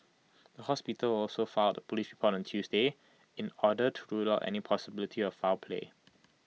the hospital also filed A Police report on Tuesday in order to rule out any possibility of foul play